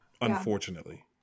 Unfortunately